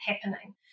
happening